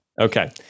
Okay